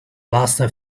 last